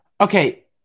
Okay